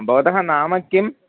भवतः नाम किम्